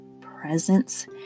presence